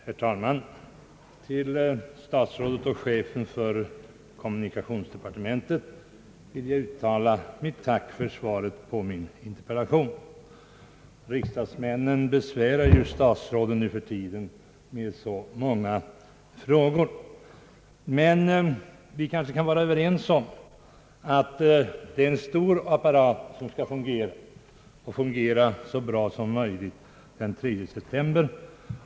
Herr talman! Till herr statsrådet och chefen för kommunikationsdepartementet vill jag uttala mitt tack för svaret på min interpellation. Riksdagsmännen besvärar ju numera statsråden med så många frågor. Men vi kanske kan vara överens om att det är en stor apparat som skall fungera och fungera så bra som möjligt den 3 september.